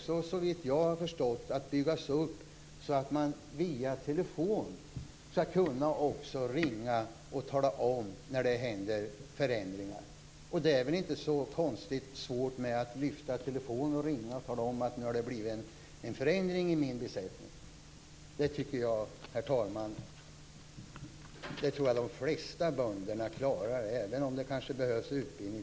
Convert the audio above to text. Såvitt jag förstår skall det vara möjligt att ringa och meddela förändringar. Det är väl inte så svårt att ringa och tala om att det har blivit en förändring i besättningen. Det tror jag att de flesta bönderna klarar, även om vissa kan behöva utbildning.